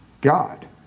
God